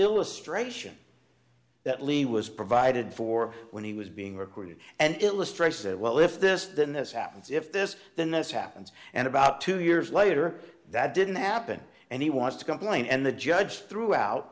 illustration that lee was provided for when he was being recorded and illustrates that well if this then this happens if this then this happens and about two years later that didn't happen and he wants to complain and the judge threw out